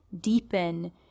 deepen